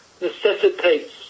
necessitates